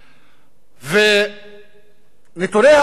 נתוני האבטלה האחרונים,